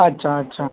अच्छा अच्छा